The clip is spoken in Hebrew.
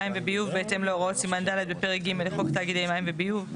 מים וביוב בהתאם להוראות סימן ד' בפרק ג' לחוק תאגידי מים וביוב,